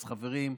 אז חברים,